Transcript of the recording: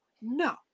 No